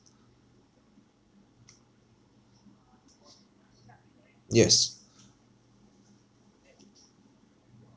yes